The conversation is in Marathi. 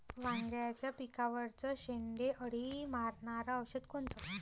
वांग्याच्या पिकावरचं शेंडे अळी मारनारं औषध कोनचं?